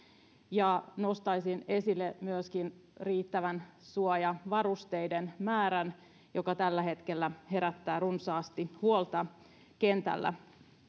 nostaisin esille myöskin riittävän suojavarusteiden määrän joka tällä hetkellä herättää runsaasti huolta kentällä